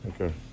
Okay